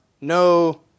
no